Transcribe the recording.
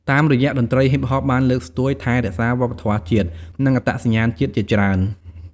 តាមរយៈតន្ត្រីហ៊ីបហបបានលើកស្ទួយ ថែរក្សាវប្បធម៌ជាតិ និងអត្តសញ្ញាណជាតិជាច្រើន។